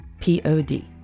P-O-D